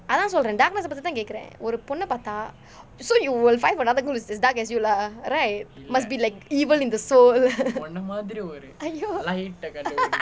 அதான் சொல்றேன்:athaan solren darkness பற்றி தான் கேட்கிறேன் ஒரு பொண்ணு பார்த்தா:patri thaan kaetkiren oru ponnu paarthaa so you will find for another girl that is as dark as you lah right must be like evil in the soul !aiyo!